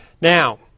Now